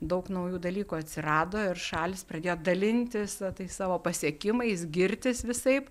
daug naujų dalykų atsirado ir šalys pradėjo dalintis tais savo pasiekimais girtis visaip